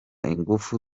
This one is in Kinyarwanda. ingufu